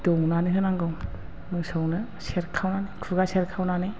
दौनानै होनांगौ मोसौनो सेरखावनानै खुगा सेरखावनानै